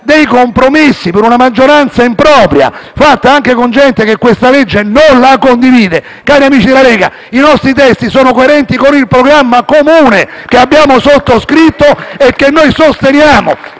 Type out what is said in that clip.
dei compromessi con una maggioranza impropria, fatta anche da gente che questa legge non la condivide, diciamo: cari amici della Lega, i nostri testi sono coerenti con il programma comune che abbiamo sottoscritto è che noi sosteniamo